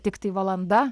tiktai valanda